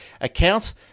account